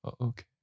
Okay